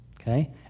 Okay